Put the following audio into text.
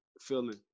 feeling